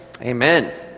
Amen